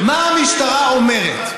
מה המשטרה אומרת?